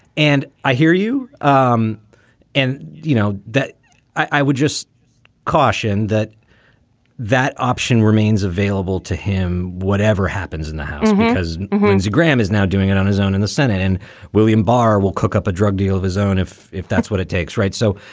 and i hear you. um and you know that i would just caution that that option remains available to him. whatever happens in the house, as lindsey graham is now doing it on his own in the senate and william barr will cook up a drug deal of his own if if that's what it takes. right. so.